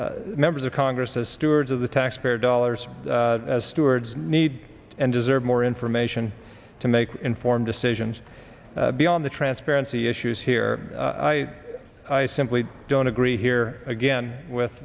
members of congress as stewards of the taxpayer dollars as stewards need and deserve more information to make informed decisions beyond the transparency issues here i simply don't agree here again with